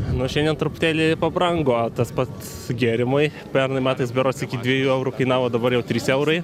nu šiandien truputėlį pabrango tas pats gėrimai pernai metais berods iki dviejų eurų kainavo dabar jau trys eurai